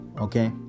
Okay